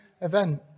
event